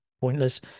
pointless